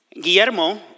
Guillermo